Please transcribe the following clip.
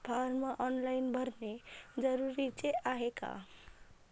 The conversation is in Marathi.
फारम ऑनलाईन भरने जरुरीचे हाय का?